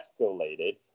escalated